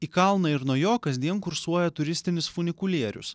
į kalną ir nuo jo kasdien kursuoja turistinis funikulierius